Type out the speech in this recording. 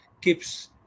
keeps